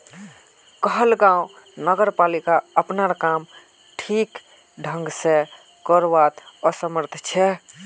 कहलगांव नगरपालिका अपनार काम ठीक ढंग स करवात असमर्थ छ